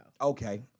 Okay